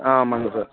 ஆ ஆமாங்க சார்